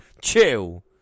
Chill